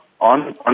on